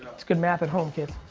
it's good math at home, kids.